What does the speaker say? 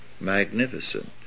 magnificent